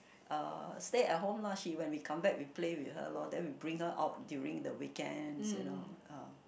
uh stay at home lah she when we come back we play with her loh then we bring her out during the weekends you know uh